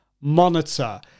monitor